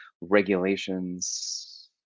regulations